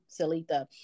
Salita